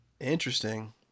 Interesting